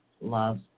love